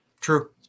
True